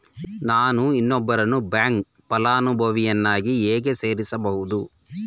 ನಾನು ಇನ್ನೊಬ್ಬರನ್ನು ಬ್ಯಾಂಕ್ ಫಲಾನುಭವಿಯನ್ನಾಗಿ ಹೇಗೆ ಸೇರಿಸಬಹುದು?